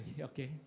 okay